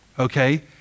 okay